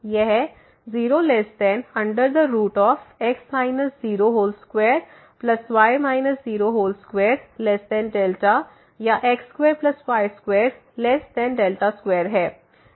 यह 022δ या x2y22 है